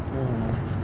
mm